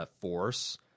force